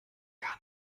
gar